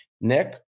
Nick